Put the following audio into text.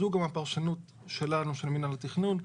וזו גם הפרשנות שלנו במנהל התכנון,